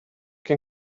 can